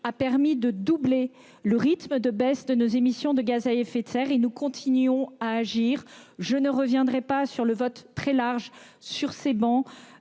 a permis de doubler le rythme de baisse de nos émissions de gaz à effet de serre. Nous continuerons d'agir. Je ne reviens pas sur le vote très large sur ces travées